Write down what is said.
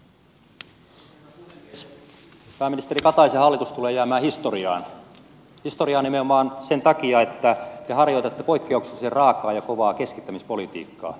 pääministeri kataisen hallitus tulee jäämään historiaan historiaan nimenomaan sen takia että te harjoitatte poikkeuksellisen raakaa ja kovaa keskittämispolitiikkaa